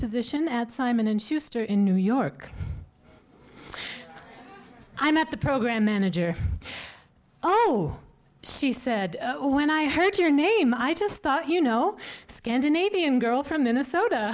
position at simon and schuster in new york i met the program manager oh she said when i heard your name i just thought you know scandinavian girl from minnesota